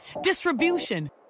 distribution